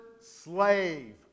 slave